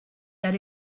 that